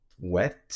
wet